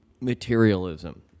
materialism